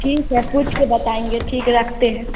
ठीक है पूछकर बताएँगे ठीक है रखते हैं